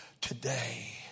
today